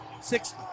Six